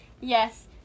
Yes